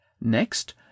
Next